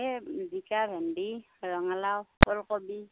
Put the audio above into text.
এই জিকা ভেন্দি ৰঙালাও ওলকবি